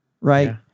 right